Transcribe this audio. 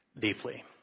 deeply